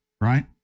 right